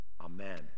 amen